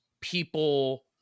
people –